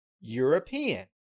European